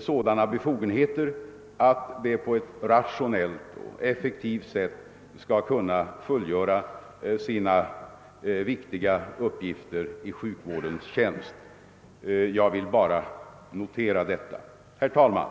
sådana befogenheter att det på ett rationellt och effektivt sätt skall kunna fullgöra sin viktiga uppgift i sjukvårdens tjänst. Jag vill bara notera detta. Herr talman!